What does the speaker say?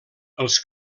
els